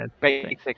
basic